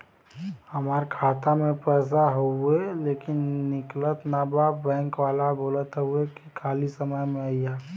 हमार खाता में पैसा हवुवे लेकिन निकलत ना बा बैंक वाला बोलत हऊवे की खाली समय में अईहा